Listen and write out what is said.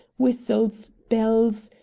whistles, bells,